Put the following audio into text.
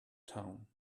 town